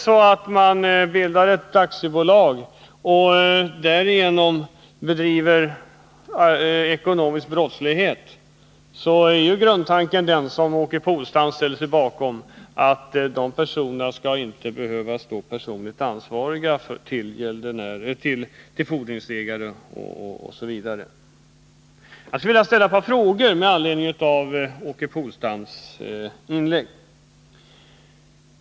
Om man bildar ett aktiebolag och där bedriver ekonomisk brottslighet, är ju grundtanken den som Åke Polstam ställer sig bakom, nämligen att man inte skall behöva stå personligt ansvarig gentemot fordringsägare osv. Jag skulle vilja ställa ett par frågor med anledning av Åke Polstams inlägg.